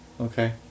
Okay